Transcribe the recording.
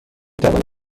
توانید